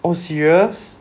oh serious